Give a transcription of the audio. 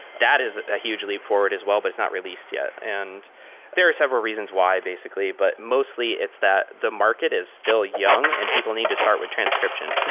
that is a huge leap forward as well, but it's not released yet. and there are several reasons why basically, but mostly it's that the market is still young and people need to start with transcription.